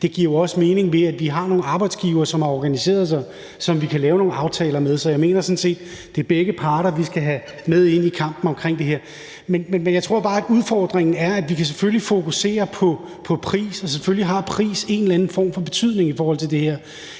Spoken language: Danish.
Det giver også mening, ved at vi har nogle arbejdsgivere, som har organiseret sig, og som vi kan lave nogle aftaler med. Så jeg mener sådan set, at det er begge parter, vi skal have med ind i kampen om det her. Vi kan selvfølgelig fokusere på pris, selvfølgelig har pris en eller anden form for betydning i forhold til det her,